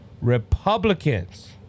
Republicans